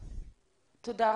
תודה.